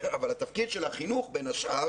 אבל התפקיד של החינוך בין השאר